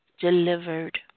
delivered